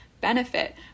benefit